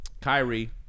Kyrie